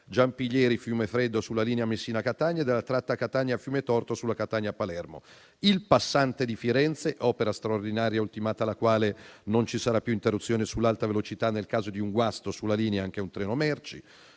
Giampilieri-Fiumefreddo sulla linea Messina-Catania e della tratta Catania-Fiumetorto sulla Catania-Palermo; il passante di Firenze, opera straordinaria ultimata la quale non ci sarà più interruzione sull'Alta velocità nel caso di un guasto sulla linea, anche di un treno merci;